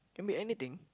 can be anything